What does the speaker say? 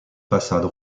façades